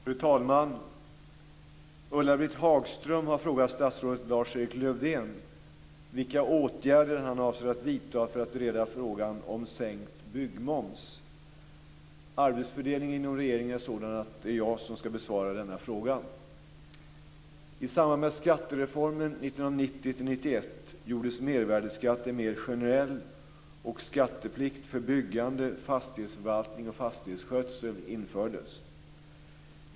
Fru talman! Ulla-Britt Hagström har frågat statsrådet Lars-Erik Lövdén vilka åtgärder han avser att vidta för att bereda frågan om sänkt byggmoms. Arbetsfördelningen inom regeringen är sådan att jag ska besvara denna fråga. I samband med skattereformen 1990-1991 gjordes mervärdesskatten mer generell, och skatteplikt för byggande, fastighetsförvaltning och fastighetsskötsel infördes.